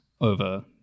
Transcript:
over